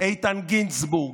איתן גינזבורג,